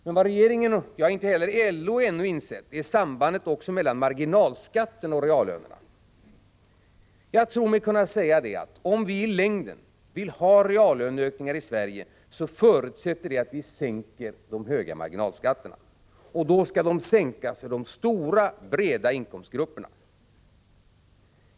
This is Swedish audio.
Men vad regeringen inte har insett, och ännu inte heller LO, är sambandet mellan marginalskatten och reallönerna. Jag tror mig kunna säga, att om vi i längden vill ha reallöneökningar i Sverige, förutsätter detta att vi sänker de höga marginalskatterna, och då skall de sänkas för de stora, breda inkomstgrupperna.